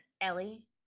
ellie